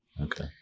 okay